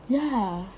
ya